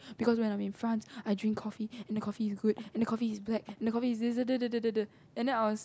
because when I'm in France I drink coffee and the coffee is good and the coffee is black and the coffee is de de de de de and then I was